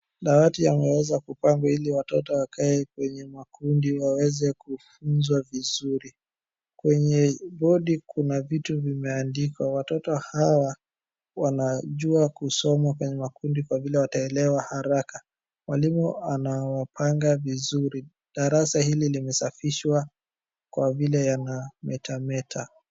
Dawati yameweza kupangwa ili watoto wakae kwenye makundi waweze kufunzwa vizuri. Kwenye bodi kuna vitu vimeandikwa. Watoto hawa wanajua kusoma kwenye makundi kwa vile wataelewa haraka. Mwalimu anawapanga vizuri. Darasa hili limesafishwa kwa vile yanamete meta.